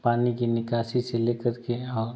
पानी की निकासी से लेकर के और